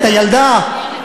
את הילדה,